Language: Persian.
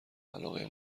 علاقه